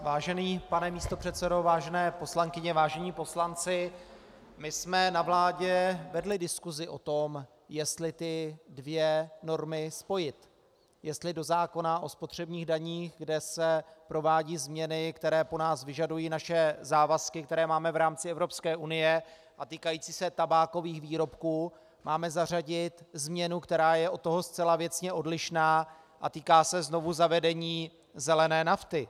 Vážený pane místopředsedo, vážené poslankyně, vážení poslanci, my jsme na vládě vedli diskusi o tom, jestli ty dvě normy spojit, jestli do zákona o spotřebních daních, kde se provádí změny, které po nás vyžadují naše závazky, které máme v rámci EU a týkající se tabákových výrobků, máme zařadit změnu, která je od toho zcela věcně odlišná a týká se znovuzavedení zelené nafty.